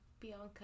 Bianca